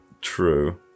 True